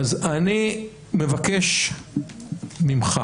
אז אני מבקש ממך